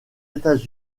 états